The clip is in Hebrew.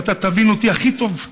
ואתה תבין אותי הכי טוב,